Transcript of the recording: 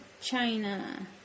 China